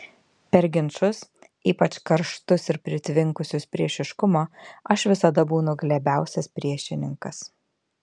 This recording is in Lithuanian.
per ginčus ypač karštus ir pritvinkusius priešiškumo aš visada būnu glebiausias priešininkas